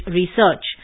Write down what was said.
research